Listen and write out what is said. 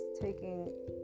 taking